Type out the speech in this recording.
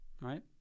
right